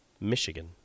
Michigan